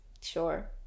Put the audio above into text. sure